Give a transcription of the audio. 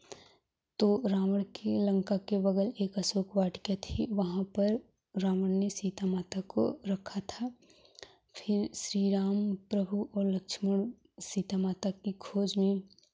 तो रावण की लंका के बगल एक अशोक वाटिका थी वहाँ पर रावण ने सीता माता को रखा था फिर श्री राम प्रभु और लक्ष्मण सीता माता की खोज में